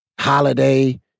Holiday